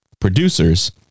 producers